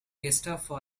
gestapo